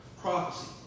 prophecy